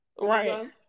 right